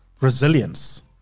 resilience